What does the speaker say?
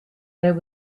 there